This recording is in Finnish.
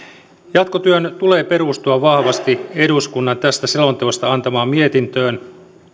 jatkotyön tulee perustua vahvasti eduskunnan tästä selonteosta antamaan mietintöön